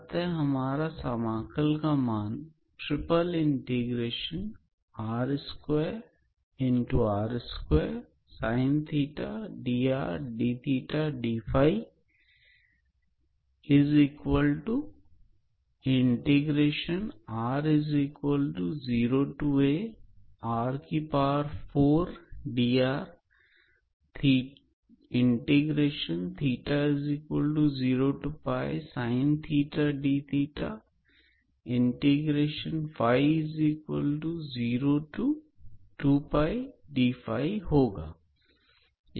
अतः हमारा समाकल का मान होगा